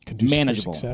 Manageable